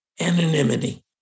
Anonymity